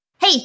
Hey